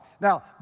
Now